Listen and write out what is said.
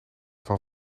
van